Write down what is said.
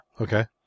Okay